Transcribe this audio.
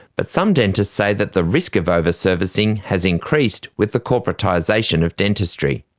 but some dentists say that the risk of over-servicing has increased with the corporatisation of dentistry.